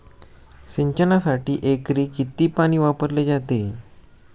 सिंचनासाठी एकरी किती पाणी वापरले जाते?